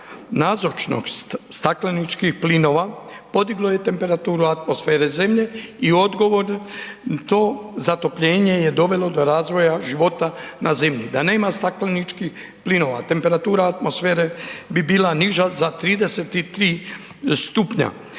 Nazočnost stakleničkih plinova podiglo je temperaturu atmosfere Zemlje i odgovorno .../Govornik se ne razumije./... to zatopljenje je dovelo do razvoja života na Zemlji. Da nema stakleničkih plinova, temperatura atmosfere bi bila niža za 33 stupnja,